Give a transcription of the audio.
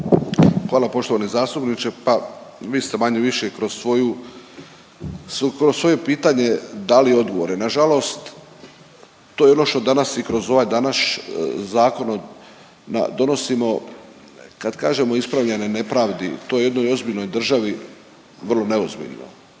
Hvala poštovani zastupniče, pa vi ste manje-više kroz svoju, kroz svoje pitanje dali odgovore. Nažalost, to je ono što danas i kroz ovaj današ…, zakon donosimo. Kad kažemo ispravljanje nepravdi, to je jednoj ozbiljnoj državi vrlo neozbiljno.